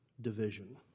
division